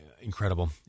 Incredible